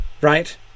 right